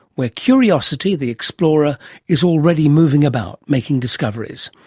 where curiosity the explorer is already moving about, making discoveries.